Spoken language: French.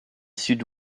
sud